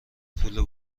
پول